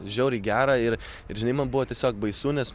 žiauriai gera ir ir žinai man buvo tiesiog baisu nes